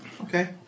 Okay